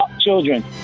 children